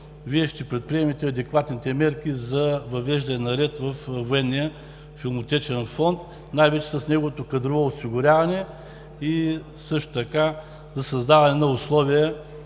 Вие ще предприемете адекватните мерки за въвеждане на ред във Военния филмотечен фонд, най-вече с неговото кадрово осигуряване и също така за създаване на условия